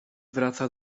wraca